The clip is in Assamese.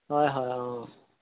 হয় হয় অঁ